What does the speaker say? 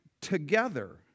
together